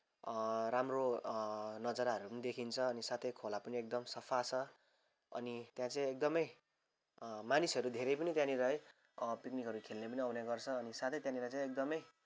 राम्रो नजाराहरू पनि देखिन्छ अनि साथै खोला पनि एकदम सफा छ अनि त्यहाँ चाहिँ एकदमै मानिसहरू धेरै पनि त्यहाँनिर है पिकनिकहरू खेल्ने पनि आउने गर्छ अनि साथै त्यहाँनिर चाहिँ एकदमै